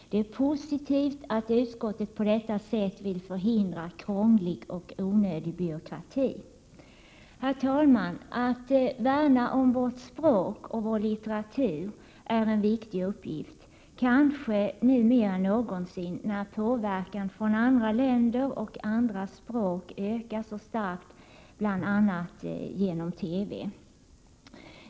Det är positivt att utskottet på detta sätt vill förhindra krånglig och onödig byråkrati. Att värna om vårt språk och vår litteratur är en viktig uppgift, kanske mer än någonsin nu när påverkan från andra länder och språk ökar så starkt via bl.a. TV.